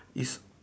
is